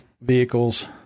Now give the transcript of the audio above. vehicles